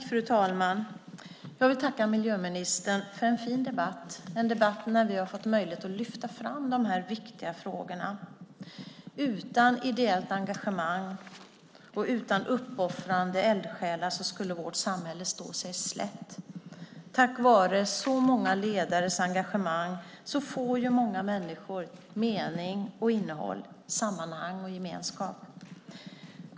Fru talman! Jag vill tacka miljöministern för en fin debatt där vi har fått möjlighet att lyfta fram de här viktiga frågorna. Utan ideellt engagemang och utan uppoffrande eldsjälar skulle vårt samhälle stå sig slätt. Tack vare så många ledares engagemang får många människor mening och innehåll, sammanhang och gemenskap i sina liv.